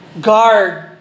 Guard